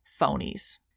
phonies